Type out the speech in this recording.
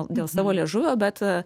dėl savo liežuvio bet